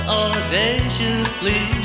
audaciously